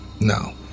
no